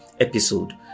episode